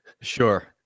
sure